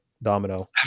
Domino